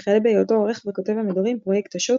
וכלה בהיותו עורך וכותב המדורים "פרויקט השו"ת",